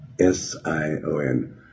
S-I-O-N